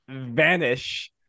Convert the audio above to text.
vanish